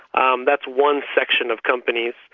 um that's one section of companies.